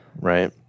Right